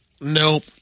Nope